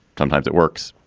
sometimes it works.